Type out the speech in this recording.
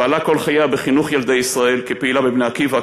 פעלה כל חייה בחינוך ילדי ישראל כפעילה ב"בני עקיבא",